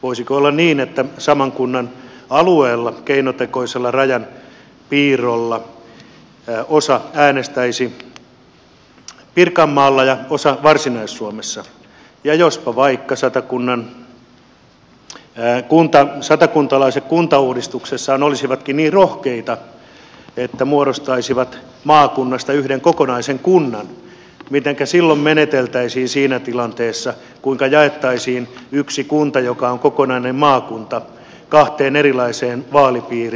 voisiko olla niin että saman kunnan alueella keinotekoisella rajan piirrolla osa äänestäisi pirkanmaalla ja osa varsinais suomessa ja jospa vaikka satakuntalaiset kuntauudistuksessaan olisivatkin niin rohkeita että muodostaisivat maakunnasta yhden kokonaisen kunnan mitenkä silloin meneteltäisiin siinä tilanteessa kuinka jaettaisiin yksi kunta joka on kokonainen maakunta kahteen erilaiseen vaalipiiriin